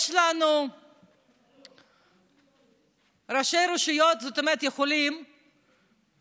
ראשי רשויות יכולים